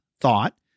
thought